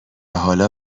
حالا